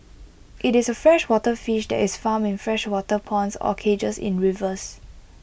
IT is A freshwater fish that is farmed in freshwater ponds or cages in rivers